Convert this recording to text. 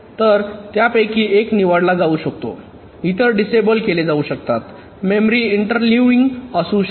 तर त्यापैकी एक निवडला जाऊ शकतो इतर डिसेबल केले जाऊ शकतात मेमरी इंटरलीव्हिंग असू शकते